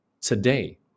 today